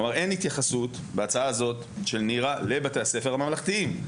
אין התייחסות בהצעה הזאת של נירה לבתי הספר הממלכתיים.